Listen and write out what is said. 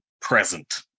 present